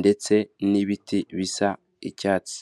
ndetse n'ibiti bisa icyatsi.